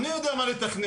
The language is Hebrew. אני יודע מה לתכנן,